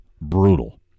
brutal